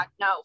no